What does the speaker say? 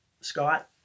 Scott